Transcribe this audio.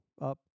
up